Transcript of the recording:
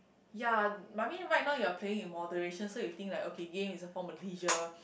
ya I mean right now you are playing in moderation so you think like okay game is a form of leisure